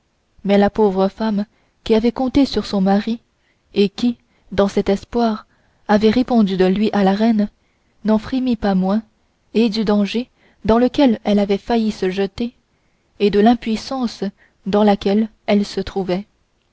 mais la pauvre femme qui avait compté sur son mari et qui dans cet espoir avait répondu de lui à la reine n'en frémit pas moins et du danger dans lequel elle avait failli se jeter et de l'impuissance dans laquelle elle se trouvait